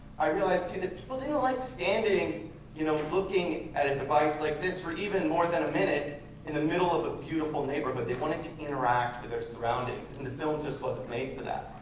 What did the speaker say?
i realized to that people didn't like standing you know looking at a device like this for even more than a minute in the middle of a beautiful neighborhood. they wanted to interact with their surroundings. and the film just wasn't made for that.